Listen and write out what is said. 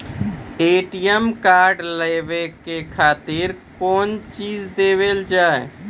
ATM card लेवे के खातिर कौंची देवल जाए?